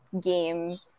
game